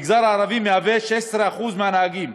מהמגזר הערבי 16% מהנהגים,